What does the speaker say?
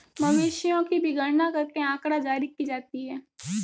मवेशियों की भी गणना करके आँकड़ा जारी की जाती है